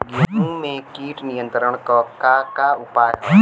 गेहूँ में कीट नियंत्रण क का का उपाय ह?